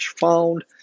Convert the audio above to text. found